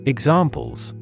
Examples